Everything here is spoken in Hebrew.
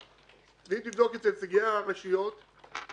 ואם תבדוק אצל נציגי הרשויות המקומיות,